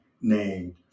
named